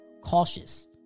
cautious